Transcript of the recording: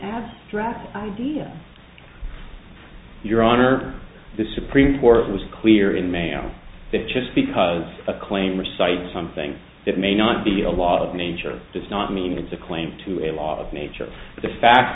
strapped idea your honor the supreme court was clear in mail that just because a claim or cite something that may not be a law of nature does not mean it's a claim to a law of nature the fact